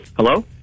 Hello